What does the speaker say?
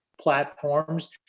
platforms